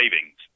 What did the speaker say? savings